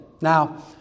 now